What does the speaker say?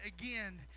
again